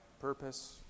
purpose